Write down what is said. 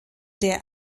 der